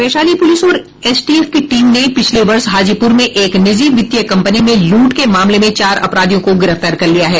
Vaishali police और STF की team ने पिछले वर्ष हाजीपुर में एक निजी वित्तीय कम्पनी में लूट के मामले में चार अपराधियों को गिरफ्तार कर लिया है